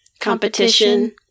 competition